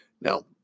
Now